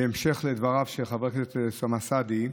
בהמשך לדבריו של חבר הכנסת אוסאמה סעדי,